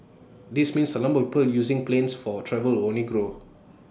this means the number of people using planes for travel will only grow